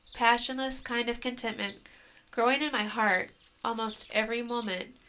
passionless kind of contentment growing in my heart almost every moment,